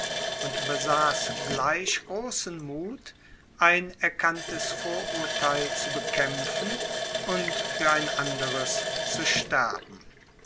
und besaß gleich großen mut ein erkanntes vorurteil zu bekämpfen und für ein anderes zu sterben